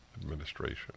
administration